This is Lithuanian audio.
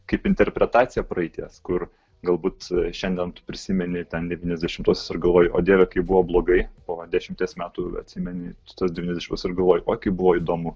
kaip interpretacija praeities kur galbūt šiandien tu prisimeni ten devyniasdešimtuosius ir galvoji o dieve kaip buvo blogai po dešimties metų atsimeni tuos devyniasdešimtuosius ir galvoji o kaip buvo įdomu